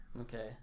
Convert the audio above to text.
Okay